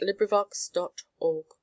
LibriVox.org